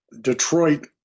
Detroit